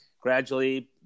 gradually